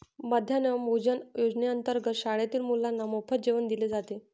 मध्यान्ह भोजन योजनेअंतर्गत शाळेतील मुलांना मोफत जेवण दिले जाते